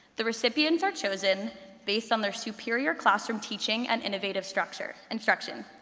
the recipients are chosen based on their superior classroom teaching and innovative structure instruction,